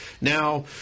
Now